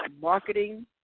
marketing